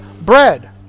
bread